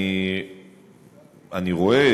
אני רואה,